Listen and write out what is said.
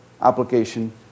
application